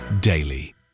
daily